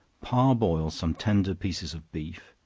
par-boil some tender pieces of beef,